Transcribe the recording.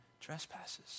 trespasses